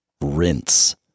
rinse